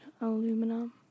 aluminum